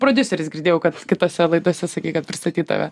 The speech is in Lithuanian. prodiuseris girdėjau kad kitose laidose sakei kad pristatyt tave